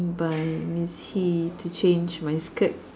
by Miss He to change my skirt